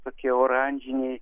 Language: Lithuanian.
tokie oranžiniai